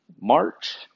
March